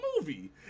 movie